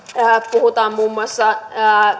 puhutaan muun muassa